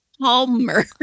Palmer